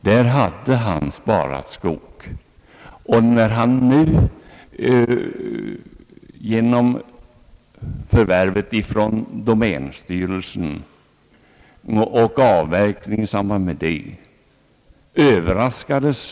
Det uppstod emellertid komplikationer, vilket herr Wärnberg kanske vill inkassera. På det fäderneärvda lilla hemmanet hade lantbrukaren sparad skog.